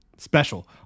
Special